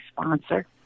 sponsor